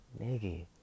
nigga